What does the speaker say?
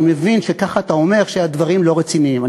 אני מבין שככה אתה אומר שהדברים לא רציניים.